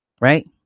right